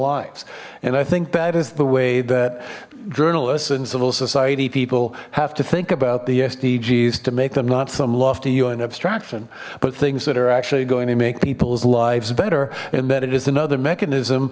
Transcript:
lives and i think that is the way that journalists and civil society people have to think about the sdgs to make them not some lofty un abstraction but things that are actually going to make people's lives better and that it is another mechanism